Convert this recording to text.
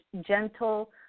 gentle